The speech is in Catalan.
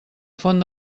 font